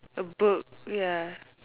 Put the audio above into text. a book ya